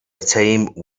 time